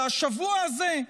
ובשבוע הזה,